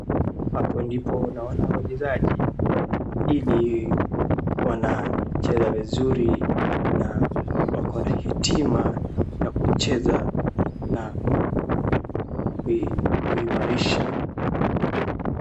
Hapo ndipo naona wachezaji ili wanacheza vizuri na wakona hitima ya kucheza na kuimarisha.